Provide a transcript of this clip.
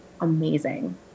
amazing